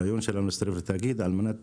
הרעיון שלנו להצטרף לתאגיד הוא על מנת